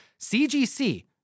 CGC